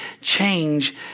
change